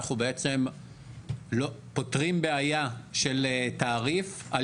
אנחנו בעצם פותרים בעיה של תעריף על